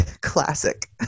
classic